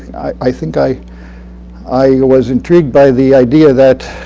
i think i i yeah was intrigued by the idea that